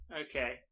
Okay